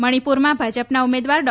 મણીપુરમાં બાજપના ઉમેદવાર ડો